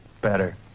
Better